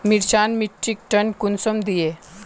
मिर्चान मिट्टीक टन कुंसम दिए?